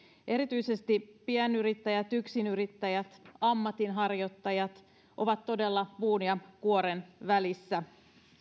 erityisesti pienyrittäjät yksinyrittäjät ja ammatinharjoittajat ovat todella puun ja kuoren välissä